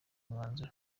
umwanzuro